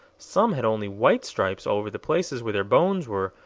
some had only white stripes over the places where their bones were,